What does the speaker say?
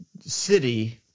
city